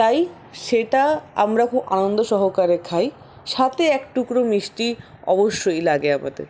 তাই সেইটা আমরা খুব আনন্দ সহকারে খাই সাথে এক টুকরো মিষ্টি অবশ্যই লাগে আমাদের